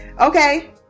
okay